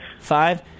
Five